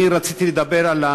הוא השר לענייני שבירת שתיקה.